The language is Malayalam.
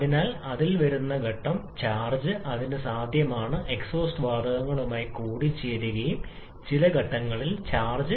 അതിനാൽ അതിൽ വരുന്ന ഘട്ടം ചാർജ് അതിന് സാധ്യമാണ് എക്സ്ഹോസ്റ്റ് വാതകങ്ങളുമായി കൂടിച്ചേരുകയും ചില ഘട്ട ചാർജുകൾ നഷ്ടപ്പെടുകയും ചെയ്യും